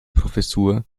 professur